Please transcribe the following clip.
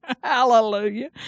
Hallelujah